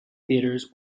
theatres